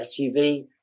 SUV